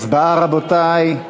הצבעה, רבותי.